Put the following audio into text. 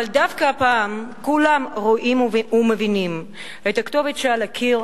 אבל דווקא הפעם כולם רואים ומבינים את הכתובת שעל הקיר